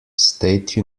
state